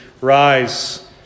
Rise